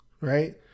right